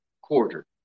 quarter